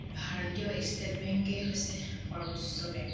ভাৰতীয় ষ্টেট বেংকেই হৈছে সৰ্বোচ্চ বেংক